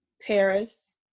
Paris